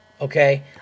Okay